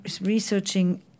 researching